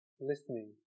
listening